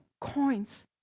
coins